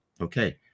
Okay